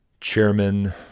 chairman